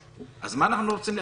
אז מה אנחנו רוצים לאשר?